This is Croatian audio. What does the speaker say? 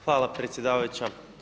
Hvala predsjedavajuća.